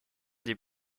des